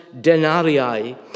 denarii